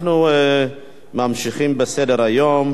אנחנו ממשיכים בסדר-היום,